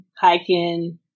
hiking